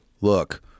Look